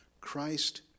Christ